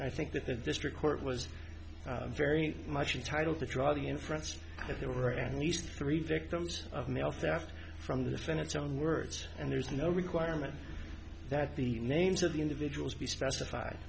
i think that the district court was very much entitle to draw the inference that there were at least three victims of mail theft from the defendant's own words and there's no requirement that the names of the individuals be specified